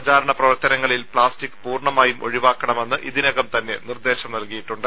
പ്രചാരണ പ്രവർത്തനങ്ങളിൽ പ്ലാസ്റ്റിക് പൂർണ്ണമായും ഒഴിവാക്കണമെന്ന് ഇതിനകം തന്നെ നിർദ്ദേശം നൽകിയിട്ടുണ്ട്